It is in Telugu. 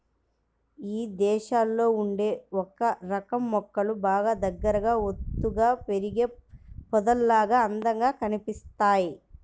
ఇదేశాల్లో ఉండే ఒకరకం మొక్కలు బాగా దగ్గరగా ఒత్తుగా పెరిగి పొదల్లాగా అందంగా కనిపిత్తయ్